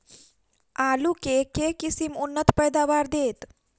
आलु केँ के किसिम उन्नत पैदावार देत?